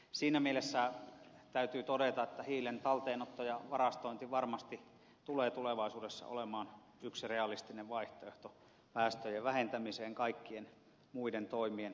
siinä mielessä täytyy todeta että hiilen talteenotto ja varastointi varmasti tulee tulevaisuudessa olemaan yksi realistinen vaihtoehto päästöjen vähentämiseen kaikkien muiden toimien ohessa